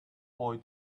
boy